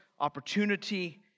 opportunity